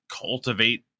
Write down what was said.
cultivate